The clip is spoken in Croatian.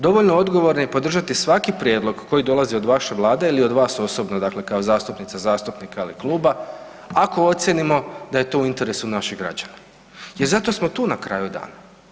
Dovoljno odgovorni podržati svaki prijedlog koji dolazi od vaše Vlade ili od vas osobno, dakle kao zastupnice, zastupnika ili kluba ako ocijenimo da je to u interesu naših građana jer zato smo tu na kraju dana.